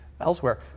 elsewhere